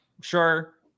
sure